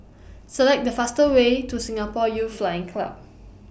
Select The faster Way to Singapore Youth Flying Club